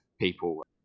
people